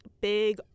big